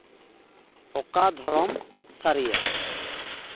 ᱚᱠᱟ ᱫᱷᱚᱨᱚᱢ ᱥᱟᱹᱨᱤᱭᱟ